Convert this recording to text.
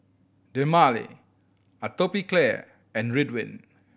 Dermale Atopiclair and Ridwind